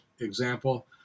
example